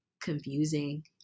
confusing